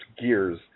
gears